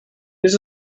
this